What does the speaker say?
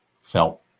felt